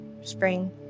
spring